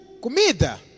Comida